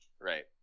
right